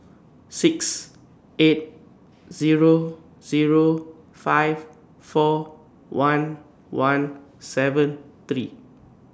six eight Zero Zero five four one one seven three